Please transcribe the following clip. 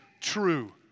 true